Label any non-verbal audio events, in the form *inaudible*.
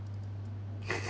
*laughs*